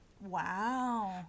wow